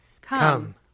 Come